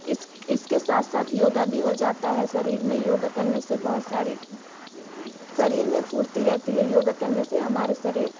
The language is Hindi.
इस इसके साथ साथ योगा भी हो जाता है शरीर में योगा करने से बहुत सारी शरीर में फुर्ती रहती है योगा करने से हमारे शरीर